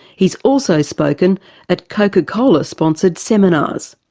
he has also spoken at coca-cola sponsored seminars.